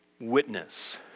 witness